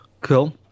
Cool